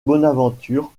bonaventure